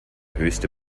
höchste